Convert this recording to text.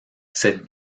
cette